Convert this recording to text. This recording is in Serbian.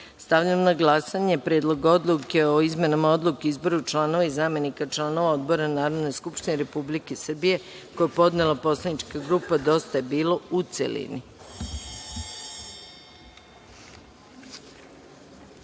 zakona. Stavljam na glasanje Predlog odluke o izmenama Odluke o izboru članova i zamenika članova odbora Narodne skupštine Republike Srbije, koji je podnela Poslanička grupa Dosta je bilo, u